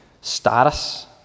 status